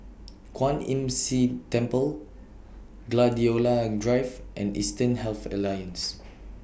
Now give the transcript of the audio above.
Kwan Imm See Temple Gladiola Drive and Eastern Health Alliance